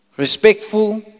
respectful